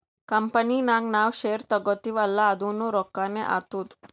company ನಾಗ್ ನಾವ್ share ತಗೋತಿವ್ ಅಲ್ಲಾ ಅದುನೂ ರೊಕ್ಕಾನೆ ಆತ್ತುದ್